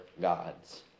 gods